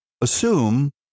assume